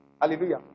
Hallelujah